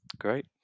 great